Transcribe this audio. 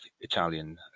Italian